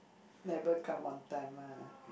never come on time lah